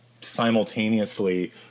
simultaneously